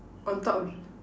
on top of